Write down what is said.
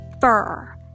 fur